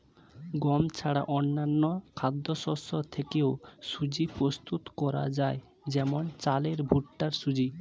গম ছাড়া অন্যান্য খাদ্যশস্য থেকেও সুজি প্রস্তুত করা যায় যেমন চালের ভুট্টার সুজি